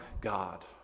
God